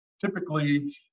typically